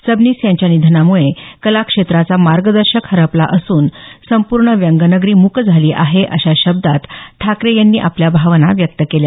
सबनीस यांच्या निधनामुळे कलाक्षेत्राचा मार्गदर्शक हरपला असून संपूर्ण व्यंगनगरी मूक झाली आहे अशा शब्दात ठाकरे यांनी आपल्या भावना व्यक्त केल्या